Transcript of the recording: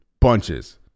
bunches